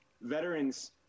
veterans